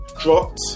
dropped